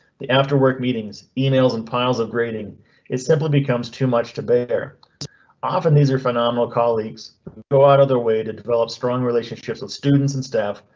the after work meetings, emails and piles of grading is simply becomes too much to bear. often these are phenomenal colleagues go out of their way to develop strong relationships with students and staff,